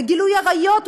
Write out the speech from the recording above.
בגילוי עריות,